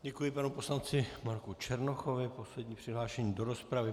Děkuji panu poslanci Marku Černochovi, poslední přihlášený do rozpravy.